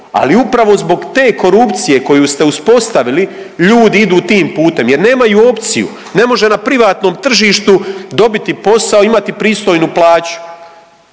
ali upravo zbog te korupcije koju ste uspostavili ljudi idu tim putem jer nemaju opciju, ne može na privatnom tržištu dobiti posao, imati pristojnu plaću.